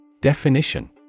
Definition